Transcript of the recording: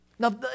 Now